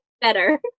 better